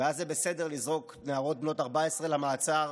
ואז זה בסדר לזרוק נערות בנות 14 למעצר.